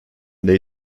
they